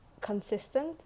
consistent